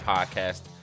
Podcast